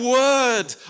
word